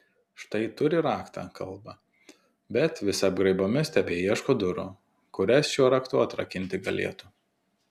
štai turi raktą kalbą bet vis apgraibomis tebeieško durų kurias šiuo raktu atrakinti galėtų